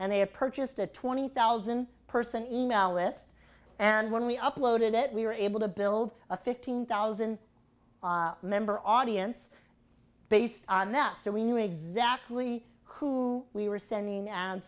and they had purchased a twenty thousand person e mail list and when we uploaded it we were able to build a fifteen thousand member audience based on that so we knew exactly who we were sending and